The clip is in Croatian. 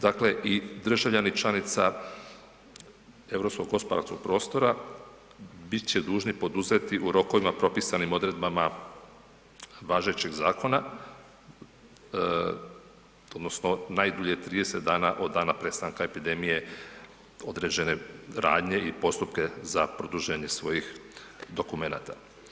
Dakle i državljani članica europskog gospodarskog prostora bit će dužni poduzeti u rokovima propisanim odredbama važećeg zakona odnosno najdulje 30 dana od dana prestanka epidemije, određene radnje i postupke za produženje svojih dokumenata.